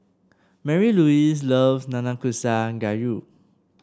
Marylouise loves Nanakusa Gayu